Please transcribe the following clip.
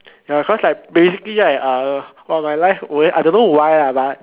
ya cause like basically right uh all my life w~ I don't know why ah but